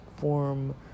form